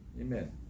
amen